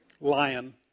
lion